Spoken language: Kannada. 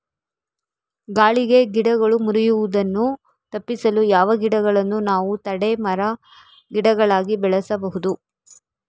ಗಾಳಿಗೆ ಗಿಡಗಳು ಮುರಿಯುದನ್ನು ತಪಿಸಲು ಯಾವ ಗಿಡಗಳನ್ನು ನಾವು ತಡೆ ಮರ, ಗಿಡಗಳಾಗಿ ಬೆಳಸಬಹುದು?